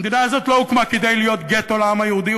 המדינה הזאת לא הוקמה כדי להיות גטו לעם היהודי,